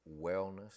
wellness